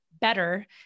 better